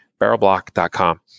Barrelblock.com